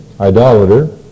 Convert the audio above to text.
idolater